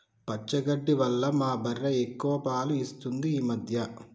పచ్చగడ్డి వల్ల మా బర్రె ఎక్కువ పాలు ఇస్తుంది ఈ మధ్య